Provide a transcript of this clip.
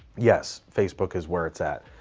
yes, facebook is where it's at.